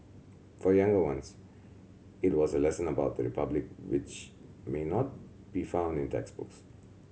for younger ones it was a lesson about the Republic which may not be found in textbooks